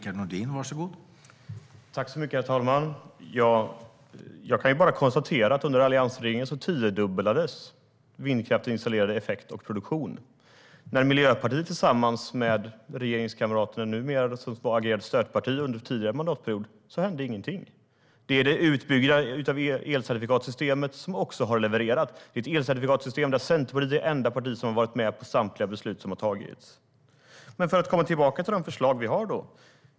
Herr talman! Jag kan bara konstatera att under alliansregeringen tiodubblades vindkraftens installerade effekt och produktion. När Miljöpartiet agerade stödparti till de nuvarande regeringskamraterna under tidigare mandatperiod hände ingenting. Det är utbyggnaden av elcertifikatssystemet som också har levererat. Det är ett elcertifikatssystem där Centerpartiet är det enda parti som har varit med på samtliga beslut som har fattats. Jag kommer tillbaka till de förslag vi har.